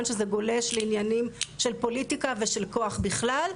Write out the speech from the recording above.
שזה גולש לעניינים של פוליטיקה ושל כוח בכלל,